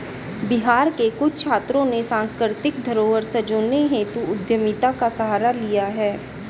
बिहार के कुछ छात्रों ने सांस्कृतिक धरोहर संजोने हेतु उद्यमिता का सहारा लिया है